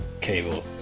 Cable